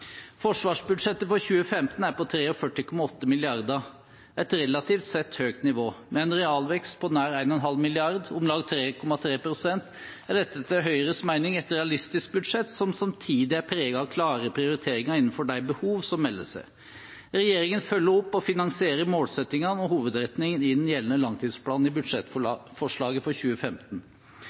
forsvarsbudsjettet. Forsvarsbudsjettet for 2015 er på 43,8 mrd. kr – et relativt sett høyt nivå. Med en realvekst på nær 1,5 mrd. kr – om lag 3,3 pst. – er dette etter Høyres mening et realistisk budsjett som samtidig er preget av klare prioriteringer innenfor de behov som melder seg. Regjeringen følger opp og finansierer målsettingene og hovedretningen i den gjeldende langtidsplanen i budsjettforslaget for 2015.